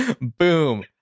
Boom